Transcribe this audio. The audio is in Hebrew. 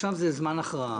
עכשיו זה זמן הכרעה.